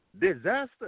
Disaster